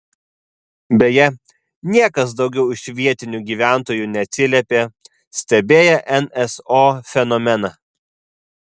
beje niekas daugiau iš vietinių gyventojų neatsiliepė stebėję nso fenomeną